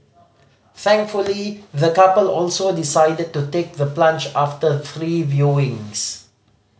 thankfully the couple also decided to take the plunge after three viewings